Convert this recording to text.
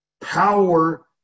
power